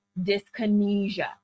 dyskinesia